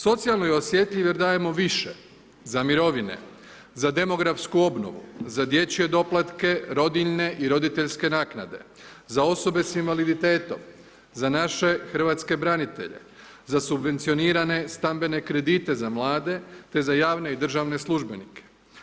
Socijalno je osjetljiv jer dajemo više za mirovine, za demografsku obnovu, za dječje doplatke, rodiljne i roditeljske naknade, za osobe s invaliditetom, za naše hrvatske branitelje, za subvencionirane stambene kredite za mlade, te za javne i državne službenike.